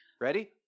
Ready